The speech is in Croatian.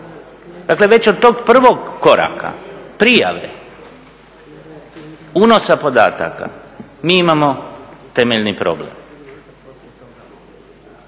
Dakle, već od tog prvog koraka, prijave, unosa podataka mi imamo temeljni problem.